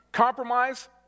Compromise